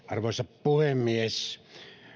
arvoisa puhemies